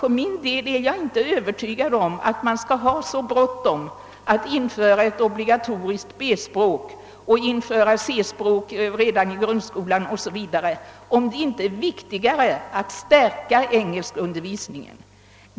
För min del är jag inte övertygad om att man skall ha så bråttom att införa ett obligatoriskt B-språk och att införa C-språk redan i grundskolan. Det kan diskuteras om det inte är viktigare att stärka engelskundervisningen.